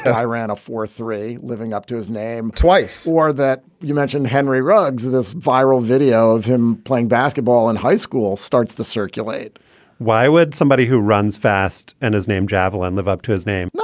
and ran for three living up to his name twice or that you mentioned henry rugs. this viral video of him playing basketball in high school starts to circulate why would somebody who runs fast and his name javelin, live up to his name?